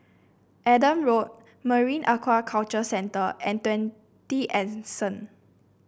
Adam Road Marine Aquaculture Centre and Twenty Anson